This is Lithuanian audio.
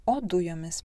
o dujomis